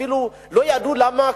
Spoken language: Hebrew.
ואפילו לא ידעו למה